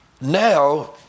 Now